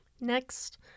Next